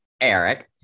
Eric